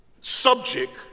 subject